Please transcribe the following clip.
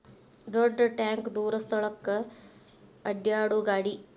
ದೊಡ್ಡ ಟ್ಯಾಂಕ ದೂರ ಸ್ಥಳಕ್ಕ ಅಡ್ಯಾಡು ಗಾಡಿ